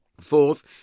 Fourth